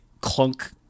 clunk